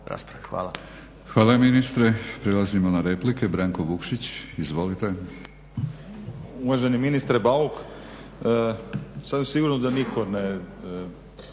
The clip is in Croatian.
Hvala.